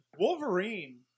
Wolverine